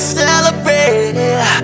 celebrate